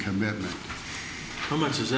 commitment how much is